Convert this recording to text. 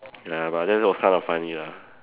ya but then that was kind of funny lah